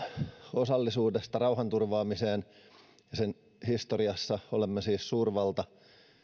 osallisuudesta rauhanturvaamiseen sen historiassa olemme siis suurvalta